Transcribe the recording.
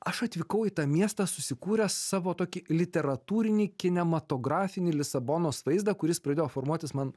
aš atvykau į tą miestą susikūręs savo tokį literatūrinį kinematografinį lisabonos vaizdą kuris pradėjo formuotis man